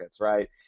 right